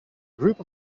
group